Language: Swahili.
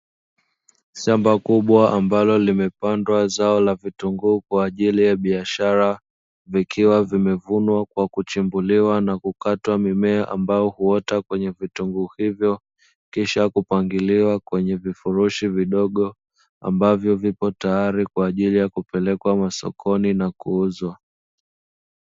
Shamba kubwa ambalo limepandwa zao la vitunguu kwa ajili ya biashara, vikiwa vimevunwa kwa kuchimbuliwa na kukatwa mimea ambayo huota kwenye vitunguu hivyo, kisha kupangiliwa kwenye vifurushi vidogo, ambavyo vipo tayari kwa ajili ya kupelekwa masokoni na kuuzwa.